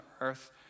earth